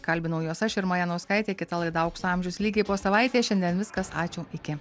kalbinau juos aš irma janauskaitė kita laida aukso amžius lygiai po savaitės šiandien viskas ačiū iki